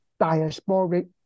diasporic